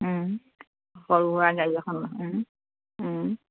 সৰু সুৰা গাড়ী এখন